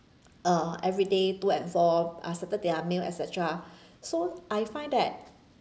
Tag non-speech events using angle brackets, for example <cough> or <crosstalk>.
uh every day to and fro I settle their meal et cetera <breath> so I find that